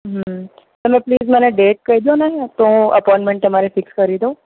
હમ તમે પ્લીઝ મને ડેટ કહી દો ને તો હું અપોઇન્મેન્ટ તમારી ફિક્સ કરી દઉં